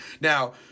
Now